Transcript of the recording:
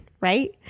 right